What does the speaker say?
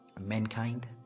mankind